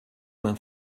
main